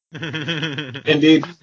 indeed